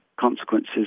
consequences